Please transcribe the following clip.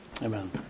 Amen